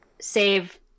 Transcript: save